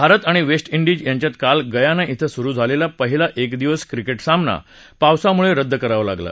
भारत आणि West Indies यांच्यात काल गयाना इथं सुरु झालेला पहिला एकदिवसीय क्रिकेट सामना पावसामुळे रद्द करावा लागला